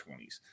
20s